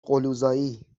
قلوزایی